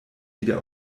wieder